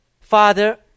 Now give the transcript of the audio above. Father